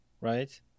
right